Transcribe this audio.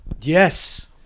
Yes